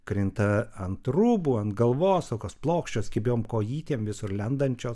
krinta ant rūbų ant galvos tokios plokščios kibiom kojytėm visur lendančios